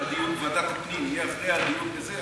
אם הם מוכנים שהדיון בוועדת הפנים יהיה אחרי הדיון בזה,